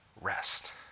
rest